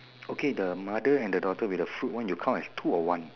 okay the mother and the daughter with the food one you count as two or one